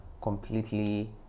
completely